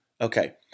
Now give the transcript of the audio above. okay